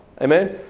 Amen